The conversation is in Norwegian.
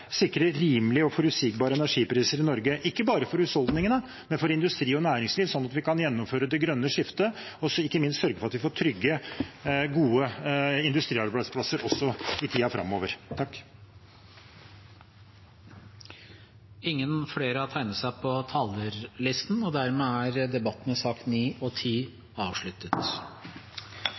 rimelige og forutsigbare energipriser i Norge, ikke bare for husholdningene, men for industri og næringsliv, sånn at vi kan gjennomføre det grønne skiftet og ikke minst sørge for at vi får trygge, gode industriarbeidsplasser også i tiden framover. Flere har ikke bedt om ordet til sakene nr. 9 og 10. Er